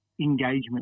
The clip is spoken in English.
engagement